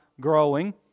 growing